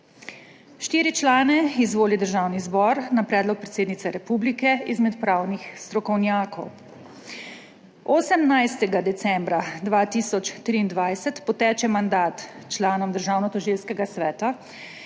Štiri člane izvoli Državni zbor na predlog predsednice republike izmed pravnih strokovnjakov. 18. decembra 2023 poteče mandat članom Državnotožilskega sveta,